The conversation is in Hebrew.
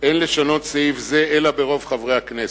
"אין לשנות סעיף זה אלא ברוב חברי הכנסת"